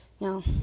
Now